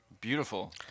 Beautiful